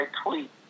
tweet